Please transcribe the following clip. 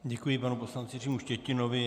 Děkuji panu poslanci Jiřímu Štětinovi.